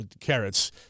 carrots